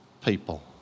people